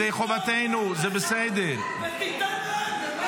תכתוב נאום אחד ותיתן להם.